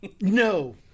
No